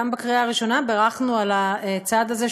גם בקריאה הראשונה בירכנו על הצעד הזה,